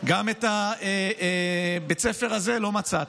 גם את בית הספר הזה לא מצאתי.